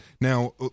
Now